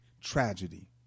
tragedy